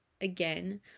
again